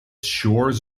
shores